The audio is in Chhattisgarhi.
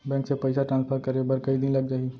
बैंक से पइसा ट्रांसफर करे बर कई दिन लग जाही?